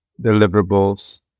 deliverables